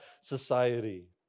society